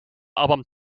album